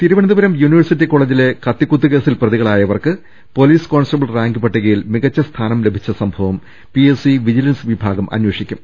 Thiruvananthapuram university കോളജിലെ കത്തിക്കുത്ത് കേസിൽ പ്രതികളായവർക്ക് പൊലീസ് കോൺസ്റ്റബിൾ റാങ്ക് പട്ടിക യിൽ മികച്ച സ്ഥാനം ലഭിച്ച സംഭവം പിഎസ്സി വിജിലൻസ് വിഭാഗം അന്വേഷിക്കും